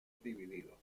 dividido